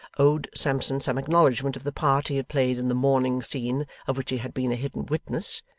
owed sampson some acknowledgment of the part he had played in the mourning scene of which he had been a hidden witness,